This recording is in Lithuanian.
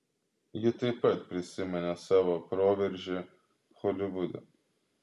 ji taip pat prisiminė savo proveržį holivude